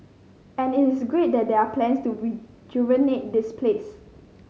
and it is great that there are plans to rejuvenate this place